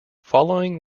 following